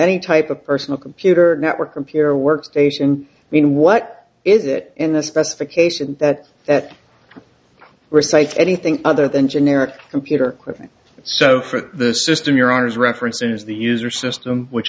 any type of personal computer network computer workstation i mean what is it in the specification that that recite anything other than generic computer equipment so for the system your honour's reference is the user system which